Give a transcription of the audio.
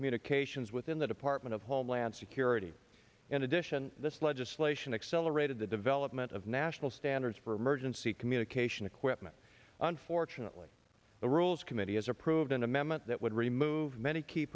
communications within the department of homeland security in addition this legislation accelerated the development of national standards for emergency communication equipment unfortunately the rules committee has approved an amendment that would remove many key